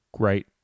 great